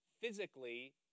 physically